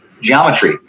geometry